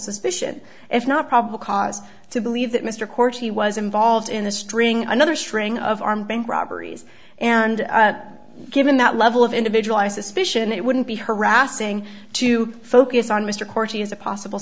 suspicion if not probable cause to believe that mr court he was involved in the string another string of armed bank robberies and given that level of individual i suspicion it wouldn't be harassing to focus on mr